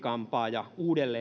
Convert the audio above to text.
ja